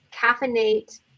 caffeinate